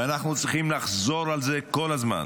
ואנחנו צריכים לחזור על זה כל הזמן.